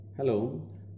Hello